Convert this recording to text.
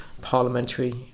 parliamentary